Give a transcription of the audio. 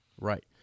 Right